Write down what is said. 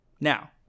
Now